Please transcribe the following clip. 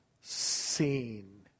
seen